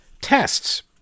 tests